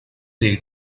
del